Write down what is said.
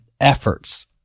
efforts